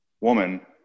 woman